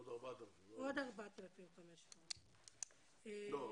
עוד 4,000. עוד 4,500. לא.